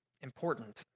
important